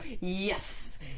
yes